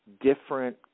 different